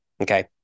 Okay